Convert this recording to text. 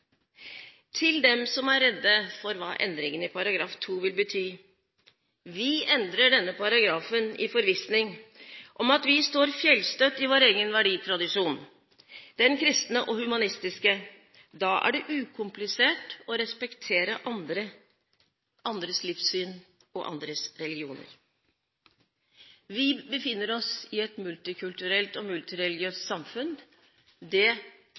Til dem som er redde for hva endringene i § 2 vil bety: Vi endrer denne paragrafen i forvissning om at vi står fjellstøtt i vår egen verditradisjon – den kristne og humanistiske. Da er det ukomplisert å respektere andres livssyn og andres religion. Vi befinner oss i et multikulturelt og multireligiøst samfunn – det betyr at vi også må ta hensyn til det.